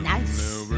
Nice